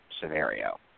scenario